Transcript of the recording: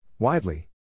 Widely